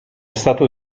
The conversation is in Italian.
stato